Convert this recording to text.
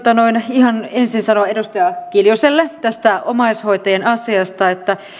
ihan ensin sanoa edustaja kiljuselle tästä omaishoitajien asiasta että